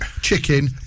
chicken